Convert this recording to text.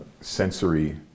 sensory